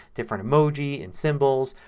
different emoji and symbols.